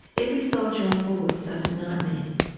every soldier on board suffered nightmares.